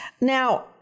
Now